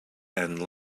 and